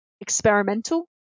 experimental